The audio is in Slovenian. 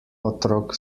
otrok